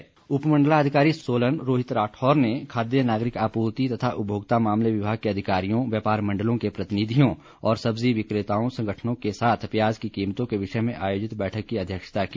प्याज कीमत उपमंडलाधिकारी सोलन रोहित राठौर ने खाद्य नागरिक आपूर्ति तथा उपभोक्ता मामले विभाग के अधिकारियों व्यापार मण्डलों के प्रतिनिधियों और सब्जी विक्रेता संगठनों के साथ प्याज की कीमतों के विषय में आयोजित एक बैठक की अध्यक्षता की